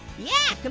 yeah